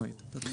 חד משמעית.